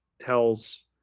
tells